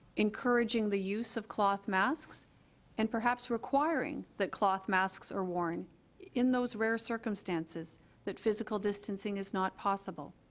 encouraging the use of cloth masks and perhaps requiring that cloth masks are worn in those rare circumstances that physical distancing is not possible